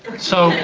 so.